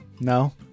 no